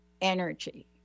energy